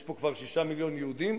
יש פה כבר שישה מיליון יהודים.